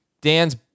Dan's